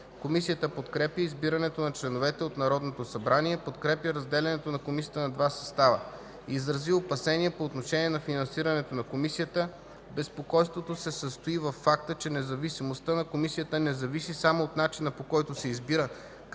Комисията подкрепя избирането на членовете от Народното събрание. Подкрепя разделянето на Комисията на два състава. Изрази опасения по отношение на финансирането на Комисията. Безпокойството се състои във факта, че независимостта на Комисията не зависи само от начина, по който се избира,